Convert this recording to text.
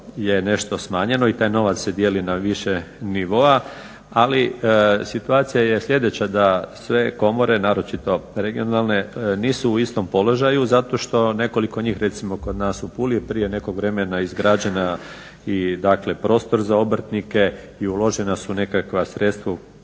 nešto smanjeno i taj novac se dijeli na više nivoa. Ali situacija je sljedeća da sve komore, naročito regionalne nisu u istom položaju zato što nekoliko njih, recimo kod nas u Puli je prije nekog vremena izgrađena i dakle prostor za obrtnike i uložena su nekakva sredstva,